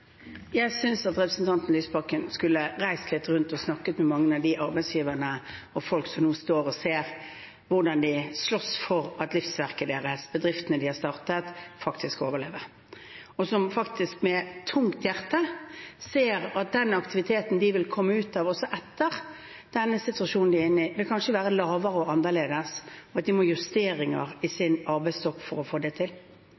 Jeg synes at representanten Lysbakken skulle reist litt rundt og snakket med mange arbeidsgivere og folk og sett hvordan de slåss for at livsverket deres, bedriftene de har startet, faktisk skal overleve, og hvordan de med tungt hjerte ser at den aktiviteten de vil komme ut med etter denne situasjonen de er inne i, kanskje vil være lavere og annerledes, og at de må ha justeringer i